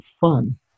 fun